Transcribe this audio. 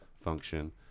function